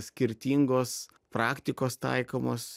skirtingos praktikos taikomos